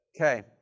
Okay